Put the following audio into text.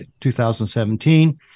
2017